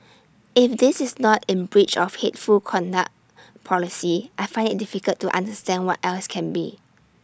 if this is not in breach of hateful conduct policy I find IT difficult to understand what else can be